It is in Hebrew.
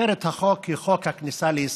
כותרת החוק היא: חוק הכניסה לישראל.